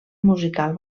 musical